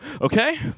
Okay